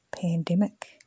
pandemic